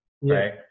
Right